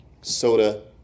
soda